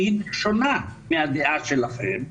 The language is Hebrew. שהיא שונה מהדעה שלכם,